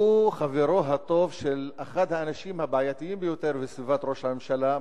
שהוא חברו הטוב של אחד האנשים הבעייתיים ביותר בסביבת ראש הממשלה,